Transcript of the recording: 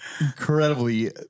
incredibly